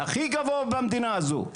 הכי גבוה במדינה הזו,